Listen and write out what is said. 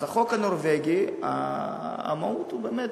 אז החוק הנורבגי, המהות היא, באמת,